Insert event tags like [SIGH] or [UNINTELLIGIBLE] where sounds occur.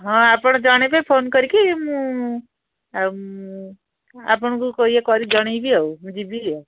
ହଁ ଆପଣ ଜଣେଇବେ ଫୋନ୍ କରିକି ମୁଁ ଆଉ ଆପଣଙ୍କୁ [UNINTELLIGIBLE] ଇଏ କରି ଜଣେଇବି ଆଉ ମୁଁ ଯିବି ଆଉ